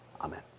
Amen